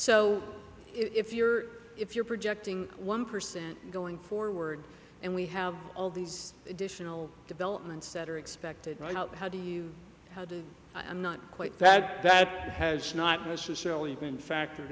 so if you're if you're projecting one percent going forward and we have all these additional developments that are expected right now how do you how do i am not quite back that has not necessarily been factor